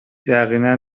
یقینا